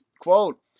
Quote